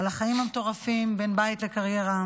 על החיים המטורפים בין בית לקריירה.